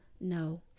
no